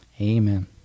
amen